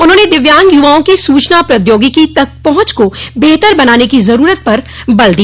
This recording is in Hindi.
उन्होंने दिव्यांग युवाओं की सूचना प्रौद्योगिकी तक पहुंच को बेहतर बनाने की जरूरत पर बल दिया